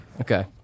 Okay